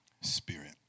Spirit